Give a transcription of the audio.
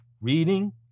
reading